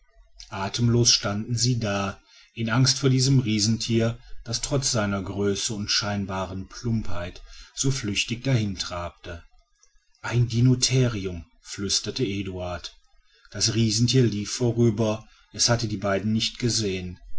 atemlos standen sie da in angst vor diesem riesentier das trotz seiner größe und scheinbaren plumpheit so flüchtig dahin trabte ein dinotherium flüsterte eduard das riesentier lief vorüber es hatte die beiden nicht gesehen